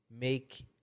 Make